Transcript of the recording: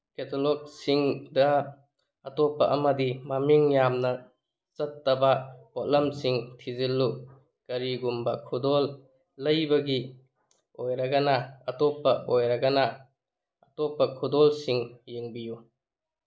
ꯀꯦꯇꯂꯣꯛꯁꯤꯡꯗ ꯑꯇꯣꯞꯄ ꯑꯃꯗꯤ ꯃꯃꯤꯡ ꯌꯥꯝꯅ ꯆꯠꯇꯕ ꯄꯣꯠꯂꯝꯁꯤꯡ ꯊꯤꯖꯤꯜꯂꯨ ꯀꯔꯤꯒꯨꯝꯕ ꯈꯨꯗꯣꯜ ꯂꯩꯕꯒꯤ ꯑꯣꯏꯔꯒꯅ ꯑꯇꯣꯞꯄ ꯑꯣꯏꯔꯒꯅ ꯑꯇꯣꯞꯄ ꯈꯨꯗꯣꯜꯁꯤꯡ ꯌꯦꯡꯕꯤꯌꯨ